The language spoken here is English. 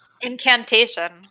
incantation